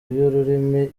y’ururimi